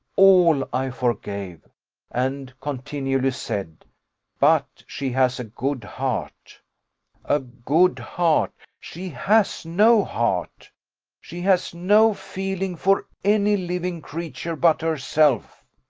all i forgave and continually said but she has a good heart a good heart she has no heart she has no feeling for any living creature but herself.